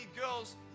girls